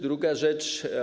Druga rzecz.